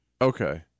Okay